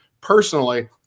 personally